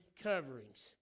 coverings